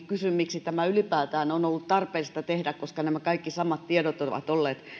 kysyn miksi tämä ylipäätään on ollut tarpeellista tehdä koska nämä kaikki samat tiedot ovat olleet